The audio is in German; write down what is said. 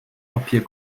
papier